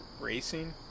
racing